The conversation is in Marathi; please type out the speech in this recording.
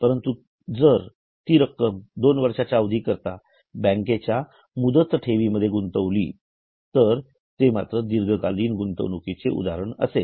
परंतु तुम्ही जर ती रक्कम दोन वर्ष्याच्या अवधी करीता बँकेच्या मुदत ठेवीमध्ये गुंतवली तर ते मात्र दीर्घकालीन गुंतवणूकीचे उदाहरण असेल